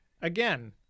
Again